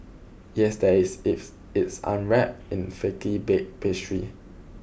yes there is if it's unwrapped in flaky baked pastry